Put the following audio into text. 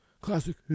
classic